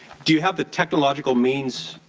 do you have the technological means